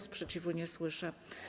Sprzeciwu nie słyszę.